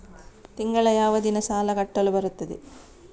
ತಿಂಗಳ ಯಾವ ದಿನ ಸಾಲ ಕಟ್ಟಲು ಬರುತ್ತದೆ?